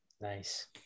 Nice